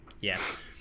Yes